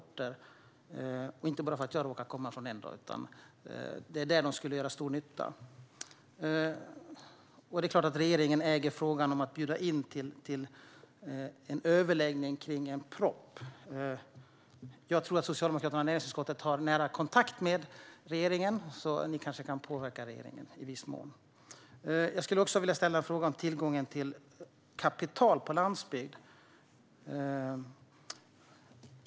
Detta säger jag inte bara för att jag råkar komma från en sådan ort utan för att det är där dessa jobb skulle göra stor nytta. Det är klart att regeringen äger frågan om att bjuda in till överläggning om en proposition. Jag tror att Socialdemokraterna i näringsutskottet har nära kontakt med regeringen, så ni kanske kan påverka regeringen i viss mån. Jag skulle vilja ställa en fråga om tillgången till kapital på landsbygden.